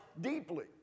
deeply